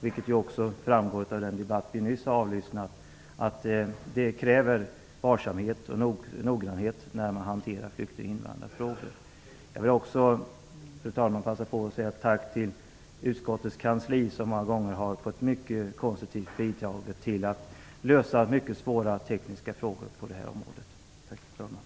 Det framgår också av den debatt vi nyss har avlyssnat att det krävs varsamhet och noggrannhet när man hanterar flykting och invandrarfrågor. Jag vill också, fru talman, passa på att säga ett tack till utskottets kansli, som många gånger har på ett mycket konstruktivt sätt bidragit till att lösa mycket svåra tekniska frågor på det här området. Tack, fru talman!